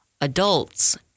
adults